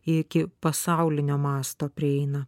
iki pasaulinio masto prieina